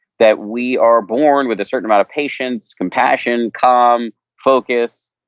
that we are born with a certain amount of patience, compassion, calm, focus,